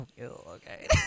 okay